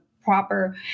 proper